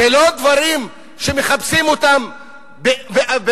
אלה לא דברים שמחפשים אותם בספרים,